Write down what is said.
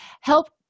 help